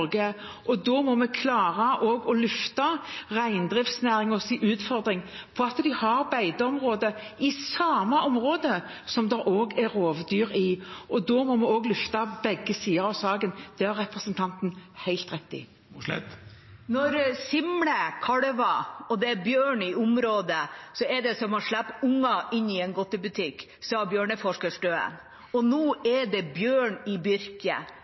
Da må vi klare å løfte reindriftsnæringens utfordring med å ha beiteområder i samme område som det også er rovdyr. Da må vi løfte begge sider av saken. Det har representanten helt rett i. Når simler kalver og det er bjørn i området, er det som å slippe unger inn i en godtebutikk, sa bjørneforsker Støen. Nå er det bjørn i